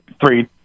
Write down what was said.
three